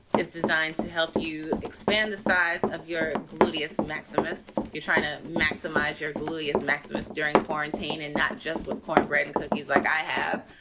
it's designed to help you expand the size of your gluteus maximus. you're trying to maximize your gluteus maximus during quarantine and not just with cornbread and cookies like i have.